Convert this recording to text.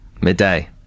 midday